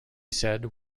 said